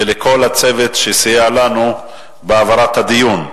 ולכל הצוות שסייע לנו בהעברת הדיון.